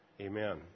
Amen